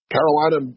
Carolina